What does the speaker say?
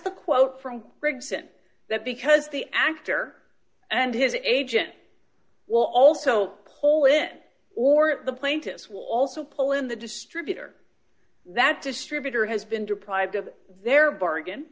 the quote from briggs and that because the actor and his agent will also pull it or the plaintiffs will also pull in the distributor that distributor has been deprived of their bargain